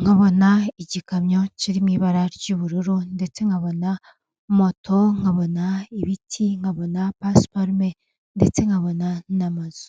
nkabona igikamyo kiri mu ibara ry'ubururu ndetse nkabona moto, nkabona ibiti, nkabona pasuparume ndetse nkabona n'amazu,